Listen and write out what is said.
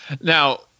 Now